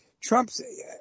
Trump's